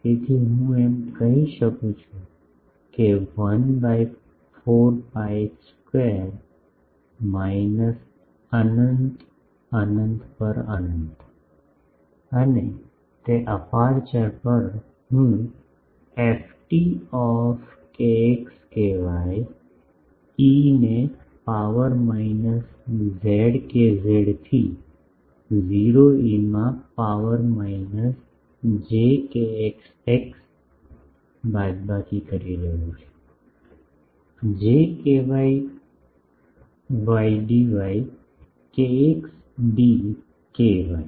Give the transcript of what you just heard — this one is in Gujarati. તેથી હું એમ કહી શકું છું કે 1 બાય 4 પાઇ સ્ક્વેર માઈનસ અનંત અનંત પર અનંત અને તે અપેરચ્યોર પર હું ft e ને પાવર માઈનસ j kz થી 0 e માં power minus j kx x બાદબાકી કરી રહ્યો છું j ky yd kx d ky